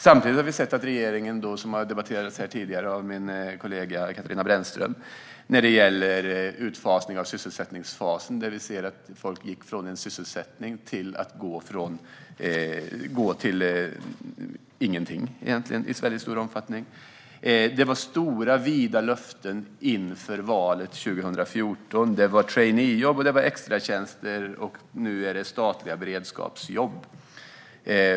Samtidigt har vi sett vad regeringen har gjort - vilket har debatterats tidigare här av min kollega Katarina Brännström - när det gäller utfasning av sysselsättningsfasen. Vi ser att folk i stor omfattning har gått från en sysselsättning till egentligen ingenting. Det var stora och vida löften inför valet 2014 om traineejobb och extratjänster. Nu är det statliga beredskapsjobb.